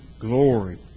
glory